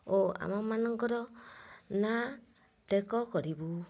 ଓ ଆମମାନଙ୍କର ନାଁ ଟେକ କରିବୁ